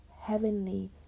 heavenly